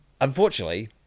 unfortunately